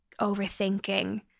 overthinking